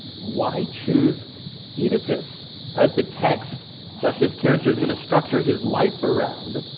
why choose oedipus as the text that this character's gonna structure his life around?